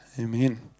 amen